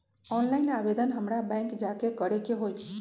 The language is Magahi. ऑनलाइन आवेदन हमरा बैंक जाके करे के होई?